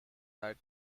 that